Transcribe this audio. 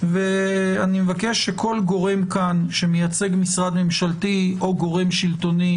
ואני מבקש שכל גורם כאן שמייצג משרד ממשלתי או גורם שלטיוני